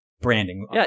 branding